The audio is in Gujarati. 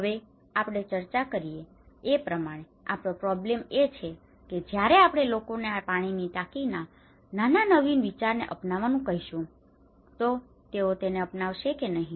હવે આપણે ચર્ચા કરી એ પ્રમાણે આપણો પ્રૉબ્લેમ problem સમસ્યા એ છે કે જ્યારે આપણે લોકોને આ પાણીની ટાંકીના નાના નવીન વિચારને અપનાવવાનું કહીશું તો તેઓ તેને અપનાવશે કે નહીં